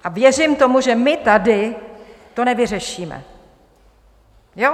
A věřím tomu, že my tady to nevyřešíme, jo?